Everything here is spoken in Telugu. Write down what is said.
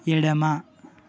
ఎడమ